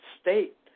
state